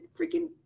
freaking